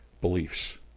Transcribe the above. beliefs